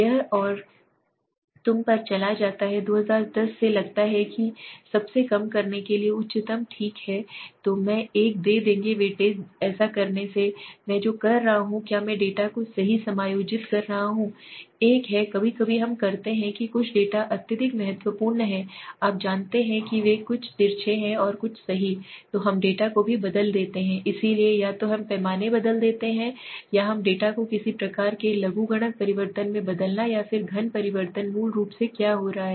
यह और तुम पर चला जाता है 2010 से लगता है कि सबसे कम करने के लिए उच्चतम ठीक है तो मैं एक दे देंगे वेटेज ऐसा करने से मैं जो कर रहा हूं क्या मैं डेटा को सही समायोजित कर रहा हूं एक है कभी कभी हम करते हैं कि कुछ डेटा अत्यधिक महत्वपूर्ण हैं आप जानते हैं कि वे बहुत तिरछे हैं और कुछ सही तो हम डेटा को भी बदल देते हैं इसलिए या तो हम पैमाने बदल देंगे या हम डेटा को किसी प्रकार के लघुगणक परिवर्तन में बदलना या फिर घन परिवर्तन मूल रूप से क्या हो रहा है